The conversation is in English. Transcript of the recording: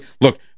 look